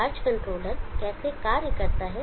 charge controller कैसे कार्य करता है